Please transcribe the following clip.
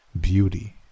beauty